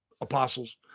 apostles